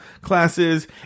classes